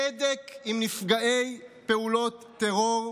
צדק עם נפגעי פעולות טרור,